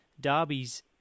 derbies